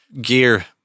gear